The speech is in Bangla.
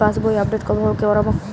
আমি পাসবই আপডেট কিভাবে করাব?